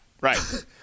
right